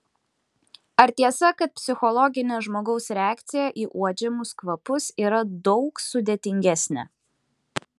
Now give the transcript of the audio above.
ar tiesa kad psichologinė žmogaus reakcija į uodžiamus kvapus yra daug sudėtingesnė